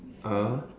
a